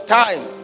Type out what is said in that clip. time